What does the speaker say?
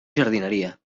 jardineria